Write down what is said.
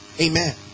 amen